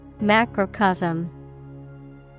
Macrocosm